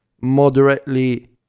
moderately